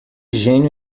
gênio